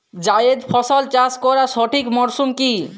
জায়েদ ফসল চাষ করার সঠিক মরশুম কি?